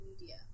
media